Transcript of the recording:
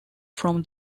from